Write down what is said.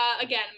again